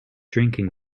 drinking